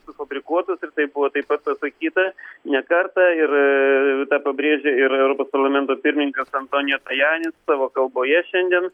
sufabrikuotus ir tai buvo taip pat pasakyta ne kartą ir tą pabrėžė ir parlamento pirmininkas antonijo tajanis savo kalboje šiandien